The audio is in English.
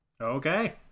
Okay